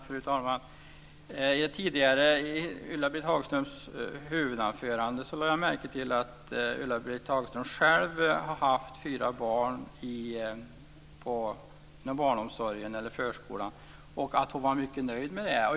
Fru talman! Jag lade märke till att Ulla-Britt Hagström nämnde i sitt huvudanförande att hon själv har haft fyra barn inom barnomsorgen eller förskolan och att hon var mycket nöjd med det.